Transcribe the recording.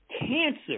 cancer